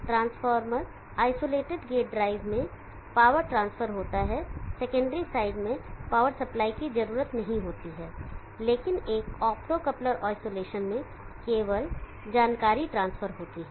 transformer isolated gate drive में power transfer होता है सेकेंडरी साइड में पावर सप्लाई की ज़रूरत नहीं होती है लेकिन एक ऑप्टोकोपलर आइसोलेशन में केवल जानकारी ट्रांसफर होती है